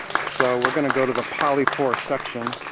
so we're gonna go to the polypore section,